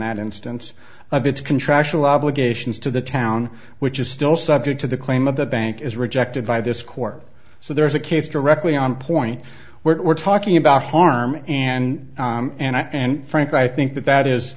that instance of its contractual obligations to the town which is still subject to the claim of the bank is rejected by this court so there is a case directly on point we're talking about harm and and frankly i think that that